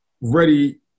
ready